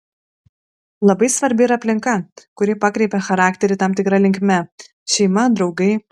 labai svarbi ir aplinka kuri pakreipia charakterį tam tikra linkme šeima draugai